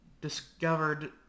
discovered